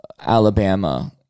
alabama